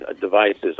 devices